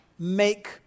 make